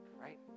right